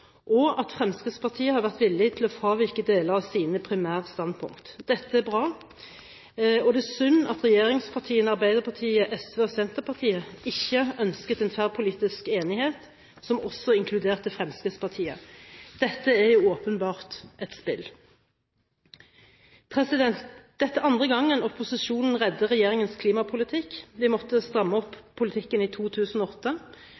og at Fremskrittspartiet har vært villig til å fravike deler av sine primærstandpunkt. Dette er bra. Det er synd at regjeringspartiene, Arbeiderpartiet, SV og Senterpartiet, ikke har ønsket en tverrpolitisk enighet som også inkluderer Fremskrittspartiet. Dette er åpenbart et spill. Dette er andre gang opposisjonen redder regjeringens klimapolitikk. Vi måtte stramme